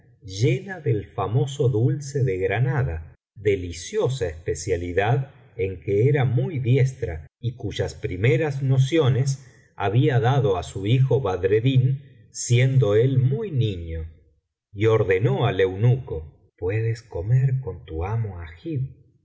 llena del famoso dulce de granada deliciosa especialidad en que era muy diestra y cuyas primeras nociones había dado á su hijo badreddin siendo él muy niño y ordenó al eunuco puedes comer con tu amo agib y